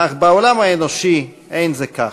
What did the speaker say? אך בעולם האנושי, אין זה כך.